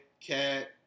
Cat